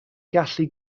gallu